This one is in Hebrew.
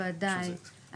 בוודאי,